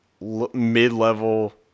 mid-level